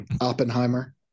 Oppenheimer